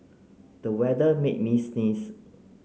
the weather made me sneeze